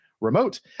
remote